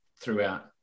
throughout